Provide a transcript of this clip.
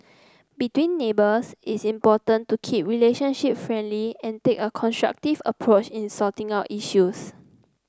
between neighbours it's important to keep relationship friendly and take a constructive approach in sorting out issues